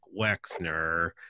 Wexner